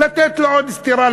לתת לו עוד סטירה,